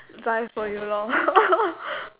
buy for you lor